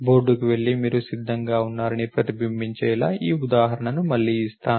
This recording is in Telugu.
బోర్డుకి వెళ్లి మీరు సిద్ధంగా ఉన్నారని ప్రతిబింబించేలా ఈ ఉదాహరణను మళ్లీ ఇస్తాను